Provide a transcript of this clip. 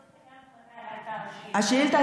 השאילתה?